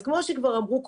כמו שכבר אמרו קודמיי,